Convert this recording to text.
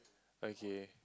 okay